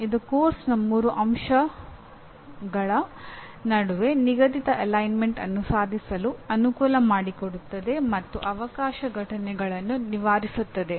ಇದು ಪಠ್ಯಕ್ರಮದ ಮೂರು ಅಂಶಗಳ ನಡುವೆ ನಿಗದಿತ ಅಲೈನ್ಮೆಂಟ್ ಅನ್ನು ಸಾಧಿಸಲು ಅನುಕೂಲ ಮಾಡಿಕೊಡುತ್ತದೆ ಮತ್ತು ಅವಕಾಶ ಘಟನೆಗಳನ್ನು ನಿವಾರಿಸುತ್ತದೆ